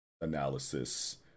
analysis